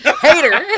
Hater